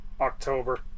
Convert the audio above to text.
october